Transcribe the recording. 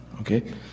Okay